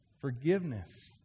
Forgiveness